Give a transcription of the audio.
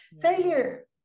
failure